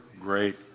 great